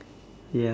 ya